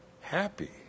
Happy